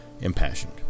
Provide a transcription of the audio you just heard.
impassioned